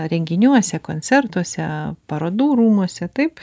renginiuose koncertuose parodų rūmuose taip